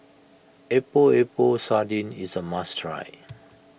Epok Epok Sardin is a must try